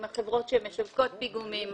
עם החברות שמשווקות פיגומים,